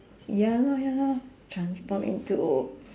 ya lor ya lor transform into